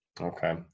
Okay